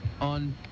on